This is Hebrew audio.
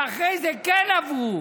ואחרי זה כן עברו